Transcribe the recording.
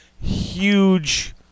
huge